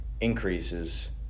increases